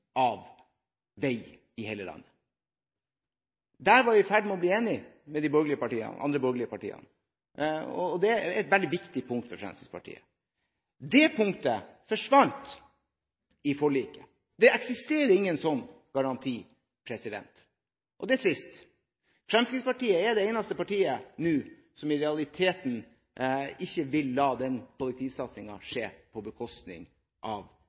av vei i hele landet. Der var vi i ferd med å bli enige med de andre borgerlige partiene. Det er et veldig viktig punkt for Fremskrittspartiet. Det punktet forsvant i forliket. Det eksisterer ingen sånn garanti. Det er trist. Fremskrittspartiet er nå det eneste partiet som i realiteten ikke vil la denne kollektivsatsingen skje på bekostning av